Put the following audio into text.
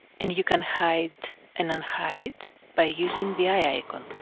and you can hide and unhide by using the i icon